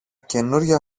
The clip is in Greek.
καινούρια